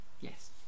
yes